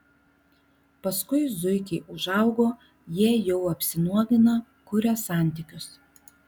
paskui zuikiai užaugo jie jau apsinuogina kuria santykius